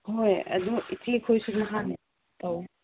ꯍꯣꯏ ꯑꯗꯨ ꯏꯆꯦ ꯈꯣꯏꯁꯨ ꯅꯍꯥꯟ